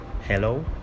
Hello